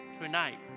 Tonight